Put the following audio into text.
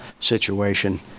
situation